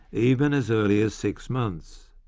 even as early as six months.